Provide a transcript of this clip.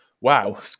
wow